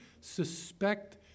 suspect